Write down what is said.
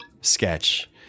sketch